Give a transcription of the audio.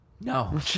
No